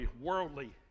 worldly